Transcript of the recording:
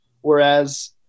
whereas